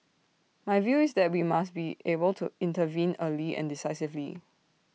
my view is that we must be able to intervene early and decisively